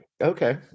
okay